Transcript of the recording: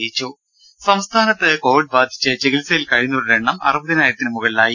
ടെട്ടി സംസ്ഥാനത്ത് കോവിഡ് ബാധിച്ച് ചികിത്സയിൽ കഴിയുന്നവരുടെ എണ്ണം അറുപതിനായിരത്തിന് മുകളിലായി